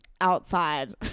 outside